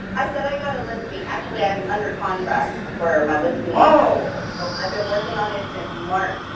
i said i got a listing. actually, i'm under contract for my listing. oh, so i've been working on it since march.